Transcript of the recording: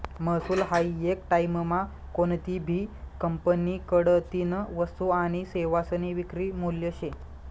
महसूल हायी येक टाईममा कोनतीभी कंपनीकडतीन वस्तू आनी सेवासनी विक्री मूल्य शे